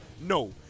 No